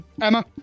Emma